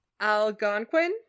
Algonquin